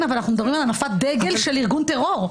אבל אנחנו מדברים על הנפת דגל של ארגון טרור,